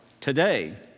today